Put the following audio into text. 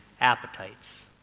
appetites